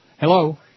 Hello